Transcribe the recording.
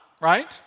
right